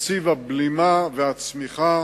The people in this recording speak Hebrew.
תקציב הבלימה והצמיחה,